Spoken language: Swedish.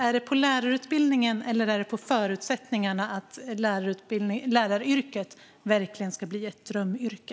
Är det på lärarutbildningen, eller är det på förutsättningarna för att läraryrket verkligen ska bli ett drömyrke?